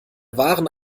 wahren